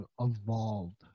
evolved